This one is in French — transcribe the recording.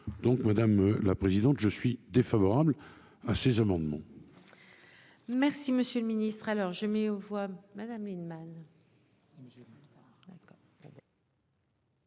Donc madame la présidente. Je suis défavorable à ces amendements. Merci monsieur le ministre alors je mets aux voix Madame Lienemann.